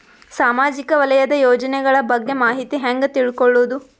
ಸಾಮಾಜಿಕ ವಲಯದ ಯೋಜನೆಗಳ ಬಗ್ಗೆ ಮಾಹಿತಿ ಹ್ಯಾಂಗ ತಿಳ್ಕೊಳ್ಳುದು?